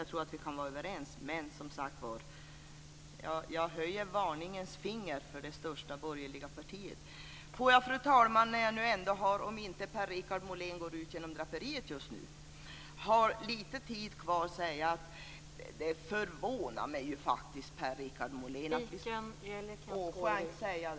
Jag tror att vi kan vara överens om det, men jag höjer som sagt varningens finger för det största borgerliga partiet. Fru talman! Om inte Per-Richard Molén går ut genom draperiet just nu vill jag eftersom jag ändå har lite tid kvar kommentera det han sade angående offentliga utfrågningar.